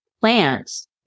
plants